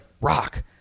rock